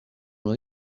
will